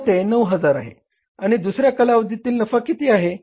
तर ते 9000 आहे आणि दुसऱ्या कालावधीत नफा किती आहे